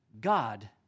God